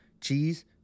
Cheese